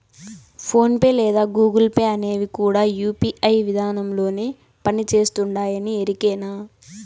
phone pay లేదా Google pay అనేవి కూడా యూ.పీ.ఐ విదానంలోనే పని చేస్తుండాయని ఎరికేనా